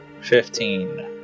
Fifteen